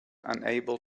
unable